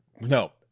No